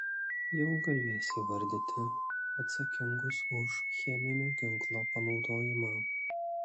jau galės įvardyti atsakingus už cheminio ginklo panaudojimą